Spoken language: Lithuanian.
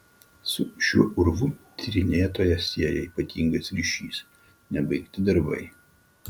su šiuo urvu tyrinėtoją sieja ypatingas ryšys nebaigti darbai